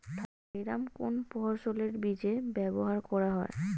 Thiram কোন ফসলের বীজে ব্যবহার করা হয়?